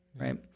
right